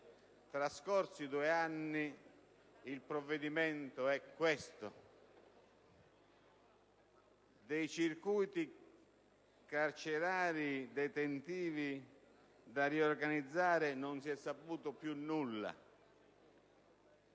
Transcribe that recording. Trascorsi due anni, il provvedimento è questo. Dei circuiti carcerari detentivi da riorganizzare non si è saputo più nulla;